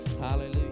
hallelujah